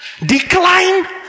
Decline